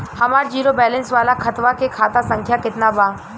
हमार zero balance वाला खतवा के खाता संख्या केतना बा?